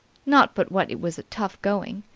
not but what it was tough going.